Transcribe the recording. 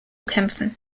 kämpfen